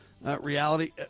reality